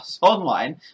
online